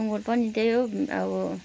सुँगुर पनि त्यही हो अब